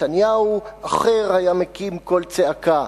נתניהו אחר היה מקים קול צעקה.